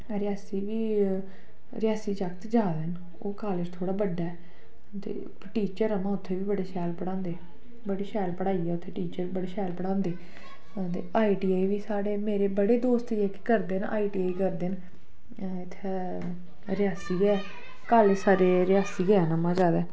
न रियासी बी ऐ रियासी जागत जैदा न ओह् कॉलेज थोह्ड़ा बड्डा ऐ ते टीचर उ'आं उत्थै बी बड़े शैल पढ़ांदे बड़ी शैल पढ़ाई ऐ उत्थै टीचर बी बड़े शैल पढ़ांदे ते आईटीआई बी साढ़े मेरे बड़े दोस्त जेह्के करदे न आईटीआई करदे न इत्थै रियासी ऐ कालेज सारे रियासी गै ऐन उ'आं जैदा